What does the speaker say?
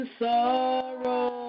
sorrow